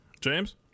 James